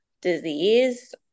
disease